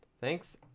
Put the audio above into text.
Thanks